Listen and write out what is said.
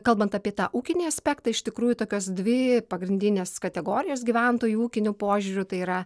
kalbant apie tą ūkinį aspektą iš tikrųjų tokios dvi pagrindinės kategorijos gyventojų ūkiniu požiūriu tai yra